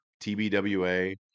TBWA